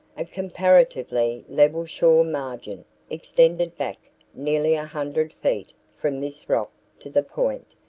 a comparatively level shore margin extended back nearly a hundred feet from this rock to the point,